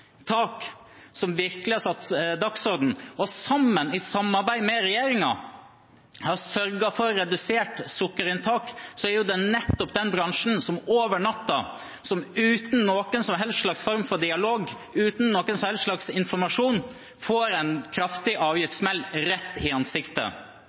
tak, som virkelig har satt dagsorden og i samarbeid med regjeringen sørget for redusert sukkerinntak, er det jo nettopp den bransjen som over natta – uten noen som helst form for dialog og uten noen som helst slags informasjon – får en kraftig